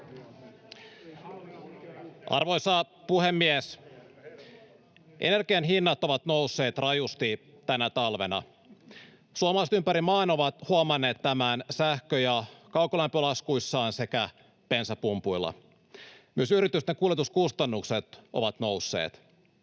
Arvoisa puhemies! Energian hinnat ovat nousseet rajusti tänä talvena. Suomalaiset ympäri maan ovat huomanneet tämän sähkö- ja kaukolämpölaskuissaan sekä bensapumpuilla. Myös yritysten kuljetuskustannukset ovat nousseet.